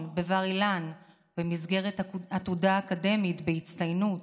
בבר-אילן במסגרת עתודה אקדמית בהצטיינות,